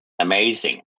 amazing